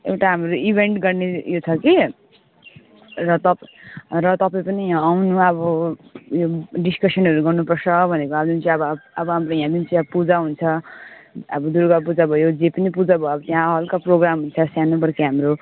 एउटा हाम्रो इभेन्ट गर्ने यो छ कि र तपाईँ र तपाईँ पनि यहाँ आउनु अब उयो डिस्कसनहरू गर्नुपर्छ भनेको अब जुन चाहिँ अब अब हाम्रो यहाँ जुन चाहिँ अब पूजा हुन्छ अब दुर्गा पूजा भयो जे पनि पूजा भयो अब यहाँ हल्का प्रोग्राम हुन्छ सानोबडे हाम्रो